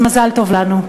מזל טוב לנו.